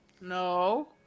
no